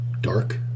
dark